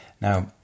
Now